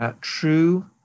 true